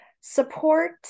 Support